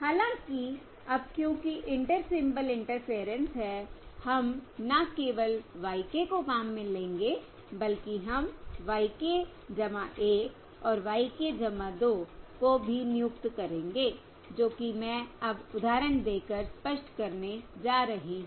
हालाँकि अब क्योंकि इंटर सिंबल इंटरफेयरेंस है हम न केवल y k को काम में लेंगे बल्कि हम y k 1 और y k 2 को भी नियुक्त करेंगे जो कि मैं अब उदाहरण देकर स्पष्ट करने जा रही हूँ